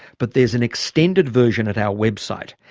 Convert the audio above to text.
but there's an extended version at our website.